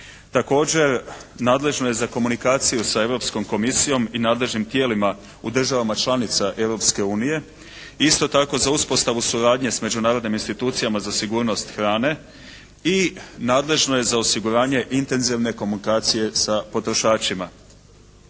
Također, nadležno je za komunikaciju sa Europskom komisijom i nadležnim tijelima u državama članica Europske unije. Isto tako za uspostavu suradnje s međunarodnim institucijama za sigurnost hrane i nadležno je osiguranje intenzivne komunikacije sa potrošačima.